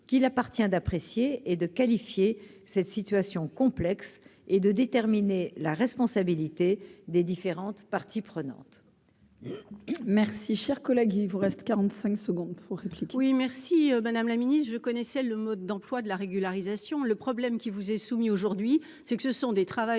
qu'il appartient d'apprécier et de qualifier cette situation complexe et de déterminer la responsabilité des différentes parties prenantes. Merci, cher collègue, il vous reste 45 secondes pour parler. Oui, merci, Madame la Ministre, je connaissais le mode d'emploi de la régularisation, le problème qui vous est soumis aujourd'hui, c'est que ce sont des travailleurs